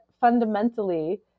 fundamentally